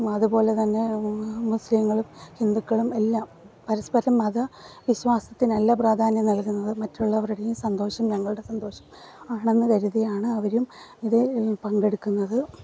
അതുപോലെ തന്നെ മുസ്ലിങ്ങളും ഹിന്ദുക്കളും എല്ലാം പരസ്പരം മത വിശ്വാസത്തിനല്ല പ്രാധാന്യം നൽകുന്നത് മറ്റുള്ളവരുടെ സന്തോഷം ഞങ്ങളുടെ സന്തോഷം ആണെന്ന് കരുതിയാണ് അവരും ഇതിൽ പങ്കെടുക്കുന്നത്